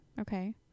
Okay